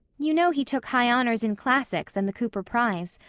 you know he took high honors in classics and the cooper prize.